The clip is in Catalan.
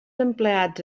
empleats